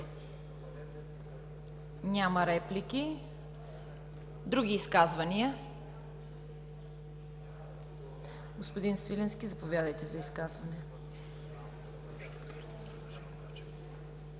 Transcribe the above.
Няма реплики. Други изказвания? Господин Свиленски, заповядайте за изказване.